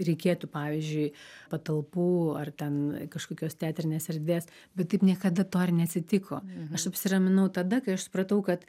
reikėtų pavyzdžiui patalpų ar ten kažkokios teatrinės erdvės bet taip niekada to ir neatsitiko aš apsiraminau tada kai aš supratau kad